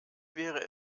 wäre